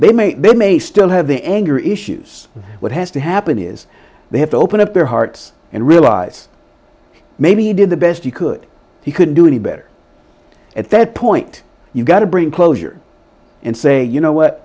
they may they may still have the anger issues what has to happen is they have to open up their hearts and realize maybe he did the best he could he couldn't do any better at that point you've got to bring closure and say you know what